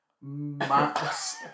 Max